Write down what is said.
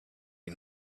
now